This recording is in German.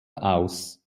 aus